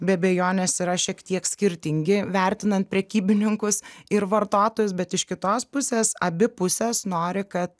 be abejonės yra šiek tiek skirtingi vertinant prekybininkus ir vartotojus bet iš kitos pusės abi pusės nori kad